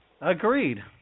Agreed